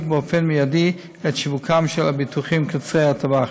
באופן מיידי את שיווקם של הביטוחים קצרי הטווח.